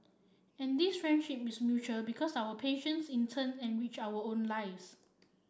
and this friendship is mutual because our patients in turn enrich our own lives